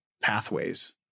pathways